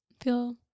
feel